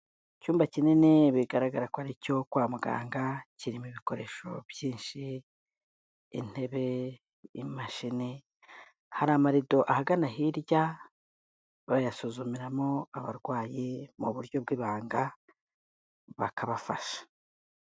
Icyumba kinini bigaragara ko ari icyo kwa muganga, kirimo ibikoresho byinshi, intebe, imashini, hari amarido ahagana hirya, bayasuzumiramo abarwayi mu buryo bw'ibanga bakabafasha.